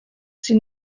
sie